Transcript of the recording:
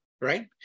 right